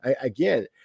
again